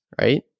right